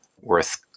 worth